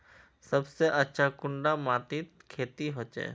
सबसे अच्छा कुंडा माटित खेती होचे?